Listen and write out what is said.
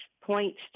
points